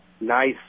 Nice